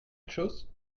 chose